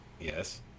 yes